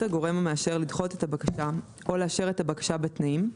הגורם המאשר לדחות את הבקשה או לאשר את הבקשה בתנאים,